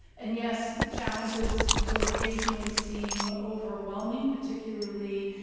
and yes, challenges will occasionally seem overwhelming, particularly